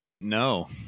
No